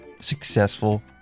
successful